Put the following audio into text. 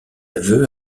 aveu